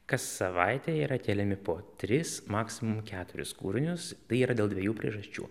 kas savaitę yra keliami po tris maksimum keturis kūrinius tai yra dėl dviejų priežasčių